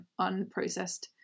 unprocessed